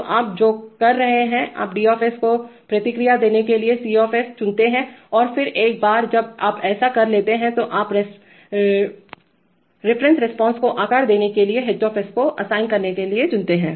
तो आप जो कर रहे हैं आप D0 पर प्रतिक्रिया देने के लिए C चुनते हैं और फिर एक बार जब आप ऐसा कर लेते हैं तो आप रिफरेन्स रिस्पांस को आकार देने के लिए H को असाइन करने के लिए चुनते हैं